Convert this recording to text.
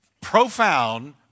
profound